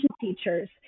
teachers